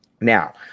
Now